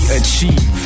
achieve